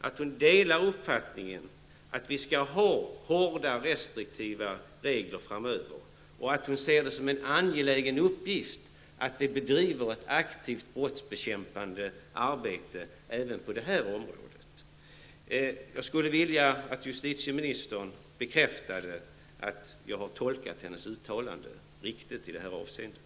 att hon delar uppfattningen att vi skall ha hårda och restriktiva regler framöver och att hon ser det som en angelägen uppgift att vi bedriver ett aktivt brottsbekämpande arbete även på det här området? Jag skulle vilja att justitieministern bekräftade att jag har tolkat hennes uttalande riktigt i detta avseende.